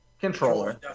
controller